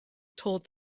told